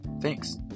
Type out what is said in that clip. thanks